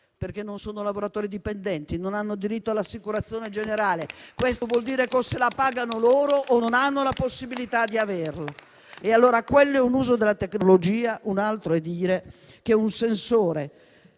perché non sono lavoratori dipendenti e non hanno diritto all'assicurazione generale. Questo vuol dire che o se la pagano loro o non hanno la possibilità di averla. E allora, quello è un uso della tecnologia, mentre un altro è dire che un sensore